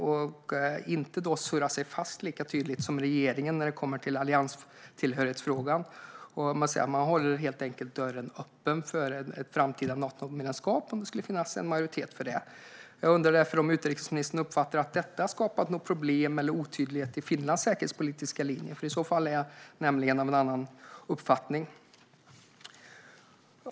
De har inte surrat fast sig lika tydligt som regeringen när det gäller allianstillhörighetsfrågan utan håller dörren öppen för ett framtida Natomedlemskap, om det skulle finnas en majoritet för detta. Jag undrar därför: Uppfattar utrikesministern att detta skapar problem eller otydlighet i Finlands säkerhetspolitiska linje? I så fall är jag nämligen av en annan uppfattning.